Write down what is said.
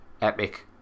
Epic